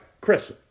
Chris